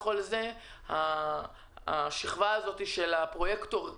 השכבה הזו של הפרויקטורים,